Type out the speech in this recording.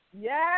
Yes